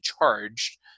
charged